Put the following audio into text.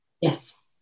Yes